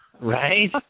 Right